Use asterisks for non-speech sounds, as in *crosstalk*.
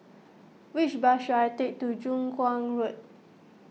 which bus should I take to *unintelligible* Kuang Road